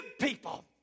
people